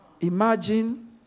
Imagine